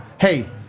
hey